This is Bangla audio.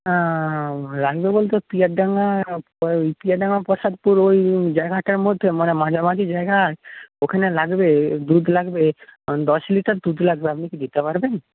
হ্যাঁ লাগবে বলতে পিয়ার ডাঙ্গায় ওই পিয়ার ডাঙ্গা প্রসাদপুর ওই জায়গাটার মধ্যে মানে মাঝামাঝি জায়গা ওখানে লাগবে দুধ লাগবে দশ লিটার দুধ লাগবে আপনি কি দিতে পারবেন